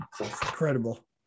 Incredible